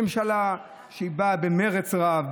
ממשלה שבאה במרץ רב,